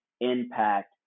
impact